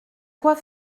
quoi